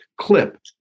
clip